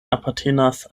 apartenas